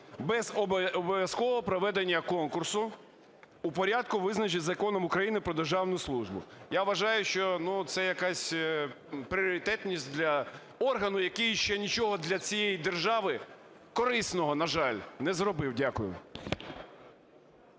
без обов’язкового проведення конкурсу у порядку, визначеному Законом України "Про державну службу". Я вважаю, що ну це якась пріоритетність для органу, який ще нічого для цієї держави корисного, на жаль, не зробив. Дякую.